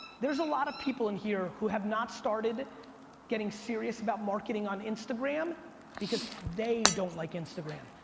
there's a lot of people in here who have not started getting serious about marketing on instagram because they don't like instagram,